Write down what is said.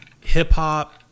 hip-hop